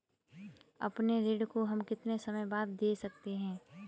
अपने ऋण को हम कितने समय बाद दे सकते हैं?